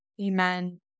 amen